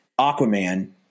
Aquaman